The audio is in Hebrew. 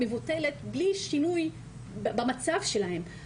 מבוטלת בלי שינוי במצב שלהן.